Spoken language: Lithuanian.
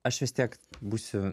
aš vis tiek būsiu